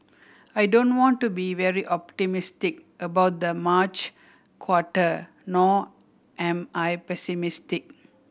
I don't want to be very optimistic about the March quarter nor am I pessimistic